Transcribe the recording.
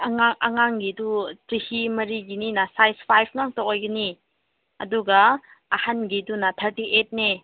ꯑꯉꯥꯡ ꯑꯉꯥꯡꯒꯤꯗꯨ ꯆꯍꯤ ꯃꯔꯤꯒꯤꯅꯤꯅ ꯁꯥꯏꯖ ꯐꯥꯏꯚ ꯉꯥꯛꯇ ꯑꯣꯏꯒꯅꯤ ꯑꯗꯨꯒ ꯑꯍꯟꯒꯤꯗꯨꯅ ꯊꯥꯔꯇꯤ ꯑꯩꯠꯅꯦ